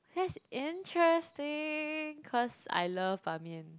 that's interesting cause I love 板面